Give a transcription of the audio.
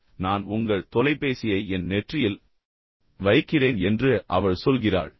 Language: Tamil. எனவே நான் உங்கள் தொலைபேசியை என் நெற்றியில் வைக்கிறேன் என்று அவள் சொல்கிறாள்